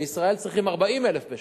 בישראל צריכים 40,000 בשנה.